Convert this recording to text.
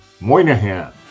Moynihan